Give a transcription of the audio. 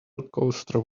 rollercoaster